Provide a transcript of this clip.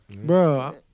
Bro